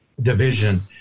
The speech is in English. division